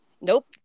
nope